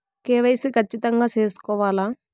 KYC ఖచ్చితంగా సేసుకోవాలా